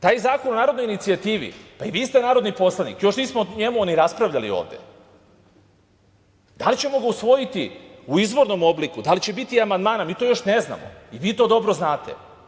Taj zakon o narodnoj inicijativi, pa i vi ste narodni poslanik, još nismo o njemu ni raspravljali ovde, da li ćemo ga usvojiti u izvornom obliku, da li će biti amandmana, mi to još ne znamo, i vi to dobro znate.